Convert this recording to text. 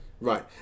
right